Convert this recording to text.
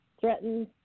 threatened